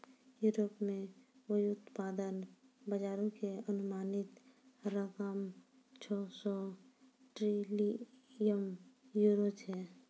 Europe मे व्युत्पादन बजारो के अनुमानित रकम छौ सौ ट्रिलियन यूरो छै